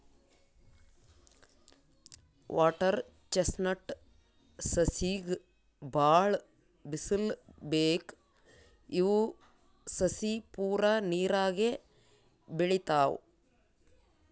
water chestnut ಸಸಿಗ್ ಭಾಳ್ ಬಿಸಲ್ ಬೇಕ್ ಇವ್ ಸಸಿ ಪೂರಾ ನೀರಾಗೆ ಬೆಳಿತಾವ್